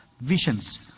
visions